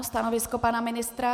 Stanovisko pana ministra?